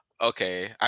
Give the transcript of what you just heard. Okay